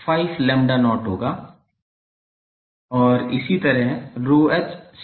और इसी तरह ρh 66 lambda not होगा